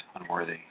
unworthy